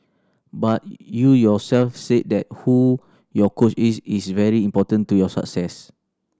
but you yourself said that who your coach is is very important to your success